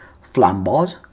Flambard